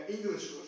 English